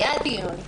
היה דיון.